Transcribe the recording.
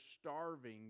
starving